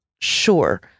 sure